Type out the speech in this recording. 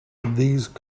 these